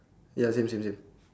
ya same same same